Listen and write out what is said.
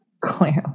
Clearly